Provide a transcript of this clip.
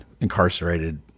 incarcerated